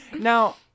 Now